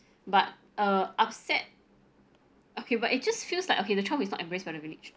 but uh upset okay but it just feels like okay the child is not embraced by the village